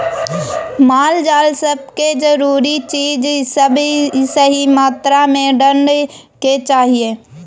माल जाल सब के जरूरी चीज सब सही मात्रा में दइ के चाही